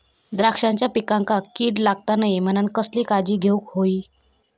द्राक्षांच्या पिकांक कीड लागता नये म्हणान कसली काळजी घेऊक होई?